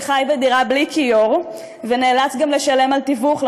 שחי בדירה בלי כיור ונאלץ גם לשלם על תיווך,